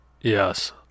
yes